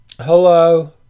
hello